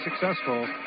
successful